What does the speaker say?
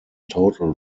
total